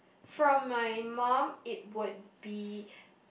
from my mum it would be